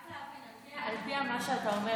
רק להבין, לפי מה שאתה אומר,